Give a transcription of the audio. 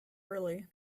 early